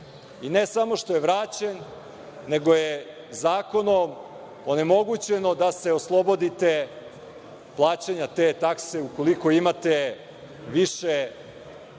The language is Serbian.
I ne samo što je vraćen, nego je zakonom onemogućeno da se oslobodite plaćanja te takse ukoliko imate više